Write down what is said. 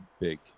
big